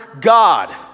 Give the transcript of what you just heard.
God